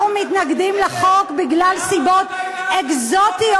אנחנו מתנגדים לחוק בגלל סיבות אקזוטיות.